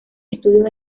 estudios